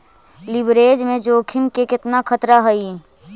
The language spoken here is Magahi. लिवरेज में जोखिम के केतना खतरा हइ?